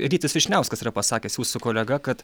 rytis vyšniauskas yra pasakęs jūsų kolega kad